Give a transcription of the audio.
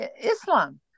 Islam